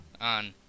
on